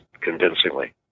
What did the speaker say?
convincingly